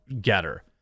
Getter